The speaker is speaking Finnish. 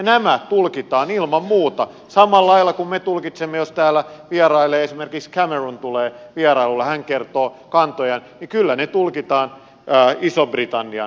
nämä tulkitaan ilman muuta samalla lailla kuin me tulkitsemme jos tänne esimerkiksi cameron tulee vierailulle ja hän kertoo kantojaan kyllä ne tulkitaan ison britannian kannoiksi